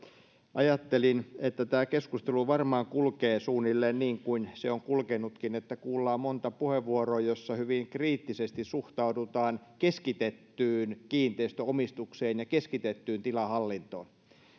ajattelin että tämä keskustelu varmaan kulkee suunnilleen niin kuin se on kulkenutkin kuullaan monta puheenvuoroa joissa hyvin kriittisesti suhtaudutaan keskitettyyn kiinteistöomistukseen ja keskitettyyn tilahallintoon